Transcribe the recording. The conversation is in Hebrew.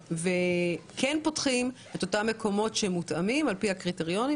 וכן פותחים את אותם מקומות שמותאמים על פי הקריטריונים,